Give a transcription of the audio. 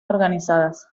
organizadas